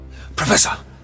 Professor